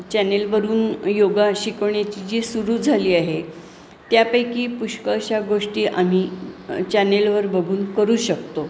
चॅनेलवरून योगा शिकवण्याची जी सुरू झाली आहे त्यापैकी पुष्कळशा गोष्टी आम्ही चॅनेलवर बघून करू शकतो